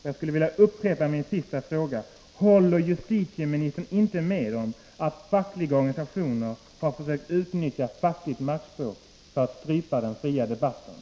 Jag skulle vilja upprepa min sista fråga: Håller justitieministern inte med om att fackliga organisationer har försökt utnyttja fackligt maktspråk för att strypa den fria debatten?